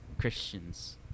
Christians